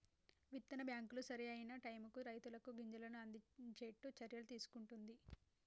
విత్తన బ్యాంకులు సరి అయిన టైముకు రైతులకు గింజలను అందిచేట్టు చర్యలు తీసుకుంటున్ది